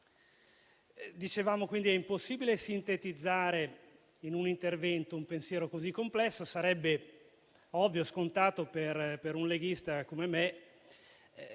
Dicevo che è impossibile sintetizzare in un intervento un pensiero così complesso. Sarebbe ovvio e scontato, per un leghista come me,